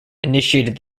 initiated